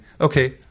okay